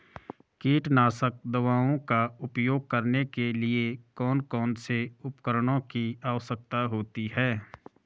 कीटनाशक दवाओं का उपयोग करने के लिए कौन कौन से उपकरणों की आवश्यकता होती है?